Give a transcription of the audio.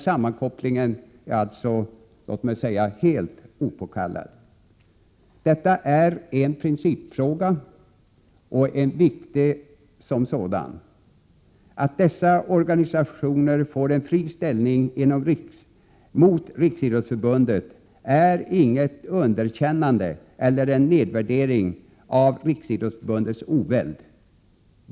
Sammankopplingen är alltså helt opåkallad. Detta är en principfråga och som sådan viktig. Att dessa organisationer får en fri ställning gentemot Riksidrottsförbundet är inte något underkännande eller någon nedvärdering av Riksidrottsförbundets oväld.